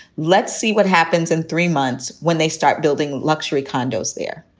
let's see what happens in three months when they start building luxury condos there.